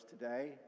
today